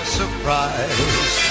surprise